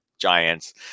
Giants